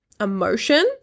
emotion